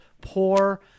poor